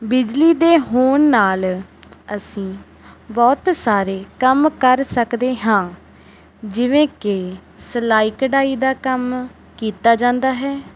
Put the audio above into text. ਬਿਜਲੀ ਦੇ ਹੋਣ ਨਾਲ ਅਸੀਂ ਬਹੁਤ ਸਾਰੇ ਕੰਮ ਕਰ ਸਕਦੇ ਹਾਂ ਜਿਵੇਂ ਕਿ ਸਿਲਾਈ ਕਢਾਈ ਦਾ ਕੰਮ ਕੀਤਾ ਜਾਂਦਾ ਹੈ